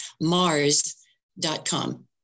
Mars.com